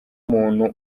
umuntu